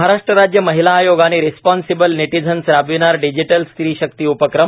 महाराष्ट्र राज्य महिला आयोग आणि रिस्पोंसिबल नेटीझंस राबविणार डिजिटल स्त्री शक्ती उपक्रम